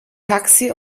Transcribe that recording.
taxi